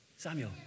Samuel